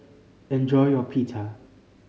enjoy your Pita